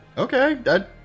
Okay